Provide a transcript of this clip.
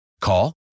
Call